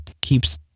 keeps